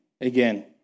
again